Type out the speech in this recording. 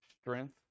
Strength